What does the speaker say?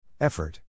Effort